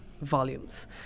volumes